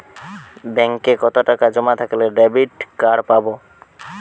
ব্যাঙ্কে কতটাকা জমা থাকলে ডেবিটকার্ড পাব?